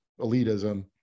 elitism